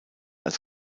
als